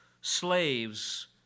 slaves